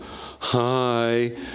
Hi